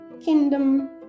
kingdom